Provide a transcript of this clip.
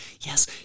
yes